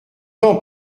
tant